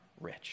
rich